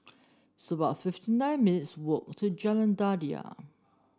it's about fifty nine minutes' walk to Jalan Daliah